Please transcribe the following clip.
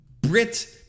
Brit